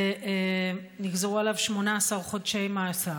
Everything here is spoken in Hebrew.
ונגזרו עליו 18 חודשי מאסר.